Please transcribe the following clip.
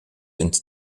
into